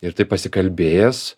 ir taip pasikalbėjęs